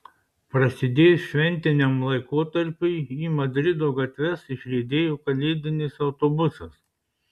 prasidėjus šventiniam laikotarpiui į madrido gatves išriedėjo kalėdinis autobusas